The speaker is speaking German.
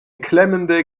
klemmende